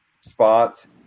spots